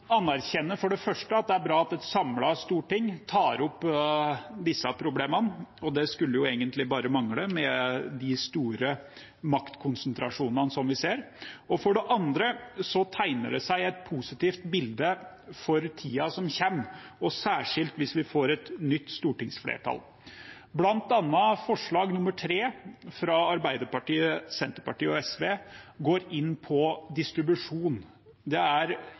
at det er bra at et samlet storting tar opp disse problemene – og det skulle jo egentlig bare mangle med de store maktkonsentrasjonene vi ser. For det andre tegner det seg et positivt bilde for tiden som kommer, særskilt hvis vi får et nytt stortingsflertall. Blant annet forslag nr. 3, fra Arbeiderpartiet, Senterpartiet og SV, går inn på distribusjon. Det er